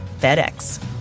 FedEx